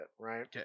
right